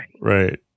Right